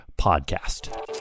podcast